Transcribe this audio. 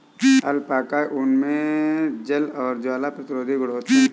alpaca ऊन मे जल और ज्वाला प्रतिरोधी गुण होते है